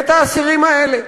האסירים האלה,